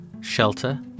shelter